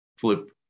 flip